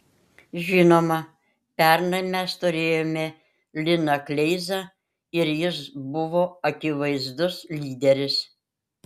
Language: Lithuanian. žinoma pernai mes turėjome liną kleizą ir jis buvo akivaizdus lyderis